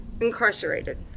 incarcerated